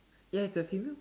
ya it's a female